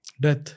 Death